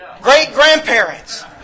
great-grandparents